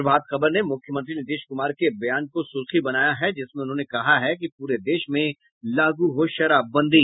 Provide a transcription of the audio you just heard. प्रभात खबर ने मुख्यमंत्री नीतीश कुमार के बयान को सुर्खी बनाया है जिसमें उन्होंने कहा है कि पूरे देश में लागू हो शराब बंदी